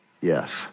Yes